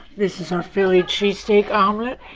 this is our philly cheese steak omelet.